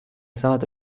saada